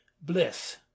bliss